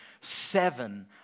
seven